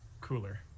Cooler